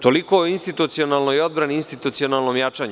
Toliko o institucionalnoj odbrani i institucionalnom jačanju.